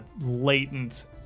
Latent